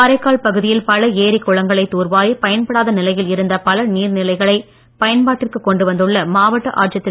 காரைக்கால் பகுதியில் பல ஏரி குளங்களை தூர்வாரி பயன்படாத நிலையில் இருந்த பல நீர் நிலைகளை பயன்பாட்டிற்கு கொண்டு வந்துள்ள மாவட்ட ஆட்சியர் திரு